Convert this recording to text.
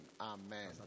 Amen